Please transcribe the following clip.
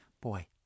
boy